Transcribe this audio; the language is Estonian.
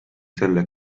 selle